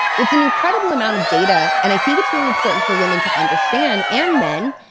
it's an incredible amount of data, and i think it's really important for women to understand, and men,